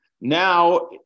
now